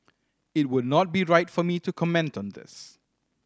it would not be right for me to comment on this